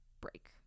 break